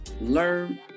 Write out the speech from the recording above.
learn